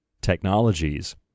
technologies